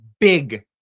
big